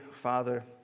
Father